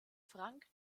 frank